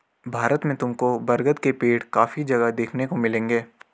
भारत में तुमको बरगद के पेड़ काफी जगह देखने को मिलेंगे